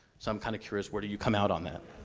so i'm kinda curious, where do you come out on that?